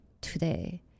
today